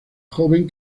joven